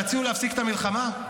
תציעו להפסיק את המלחמה?